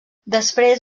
després